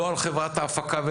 לא על חברת ההפקה.